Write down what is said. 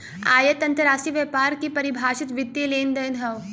आयात अंतरराष्ट्रीय व्यापार के परिभाषित वित्तीय लेनदेन हौ